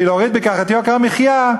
ולהוריד בכך את יוקר המחיה,